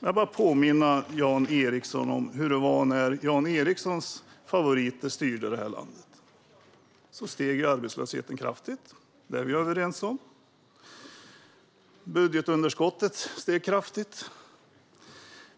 men låt mig påminna Jan Ericson om hur det var när Jan Ericsons favoriter styrde landet. Då steg arbetslösheten kraftigt; det är vi överens om. Budgetunderskottet steg kraftigt.